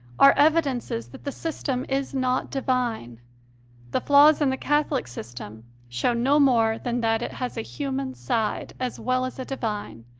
are evidences that the system is not divine the flaws in the catholic system show no more than that it has a human side as well as a divine,